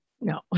No